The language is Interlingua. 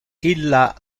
illa